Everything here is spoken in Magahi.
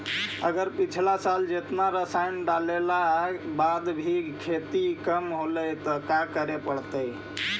अगर पिछला साल जेतना रासायन डालेला बाद भी खेती कम होलइ तो का करे पड़तई?